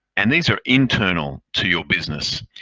and these are internal to your business.